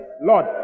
Lord